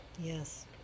Yes